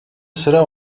sıra